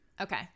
Okay